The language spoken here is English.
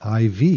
IV